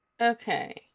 Okay